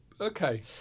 Okay